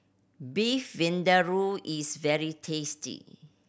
Beef Vindaloo is very tasty